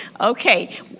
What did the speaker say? okay